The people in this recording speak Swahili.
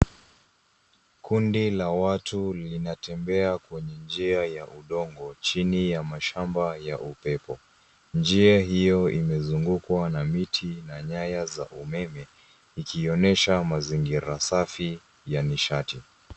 Kundi la watu linatembea kwenye njia ya udongo chini ya mashamba ya upepo. Njia hiyo imezungukwa na miti na nyaya za umeme ikionyesha mazingira safi ya nishati.